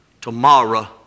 Tomorrow